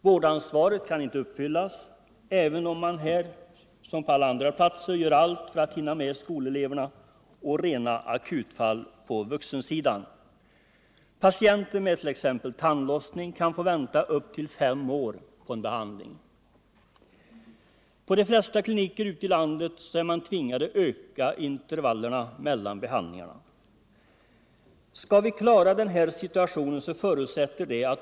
Vårdansvaret kan inte uppfyllas, även om man här som på andra platser gör allt för att hinna med skoleleverna och rena akutfall på vuxensidan. Patienter med till exempel tandlossning kan få vänta upp till fem år Nr 126 på behandling. Torsdagen den På de flesta kliniker ute i landet är man tvingad öka intervallerna 21 november 1974 mellan behandlingarna. Skall vi klara den här situationen krävs det att.